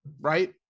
right